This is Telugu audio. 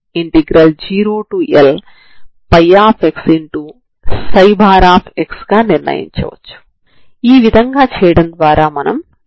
ఇవి ఈ కొత్త చరరాశులలో ప్రారంభ నియమాలు అవుతాయి సరేనా